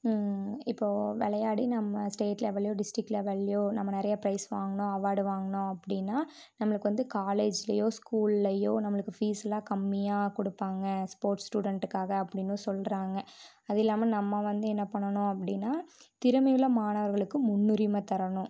இப்போ விளையாடி நம்ம ஸ்டேட் லெவல்லையோ டிஸ்ட்டிக் லெவல்லையோ நம்ம நிறையா பிரைஸ் வாங்குனோம் அவார்டு வாங்குனோம் அப்படின்னா நம்மளுக்கு வந்து காலேஜ்லையோ ஸ்கூல்லையோ நம்மளுக்கு ஃபீஸ்லாம் கம்மியாக கொடுப்பாங்க ஸ்போர்ட்ஸ் ஸ்டூடண்ட்டுக்காக அப்படின்னும் சொல்லுறாங்க அதுவும் இல்லாமல் நம்ம வந்து என்ன பண்ணணும் அப்படின்னா திறமையுள்ள மாணவர்களுக்கு முன்னுரிமை தரணும்